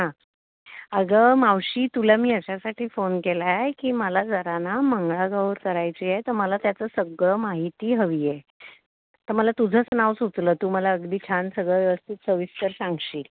हां अगं मावशी तुला मी अशासाठी फोन केला आहे की मला जरा ना मंगळागौर करायची आहे तर मला त्याचं सगळं माहिती हवी आहे तर मला तुझंच नाव सुचलं तू मला अगदी छान सगळं व्यवस्थित सविस्तर सांगशील